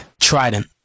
Trident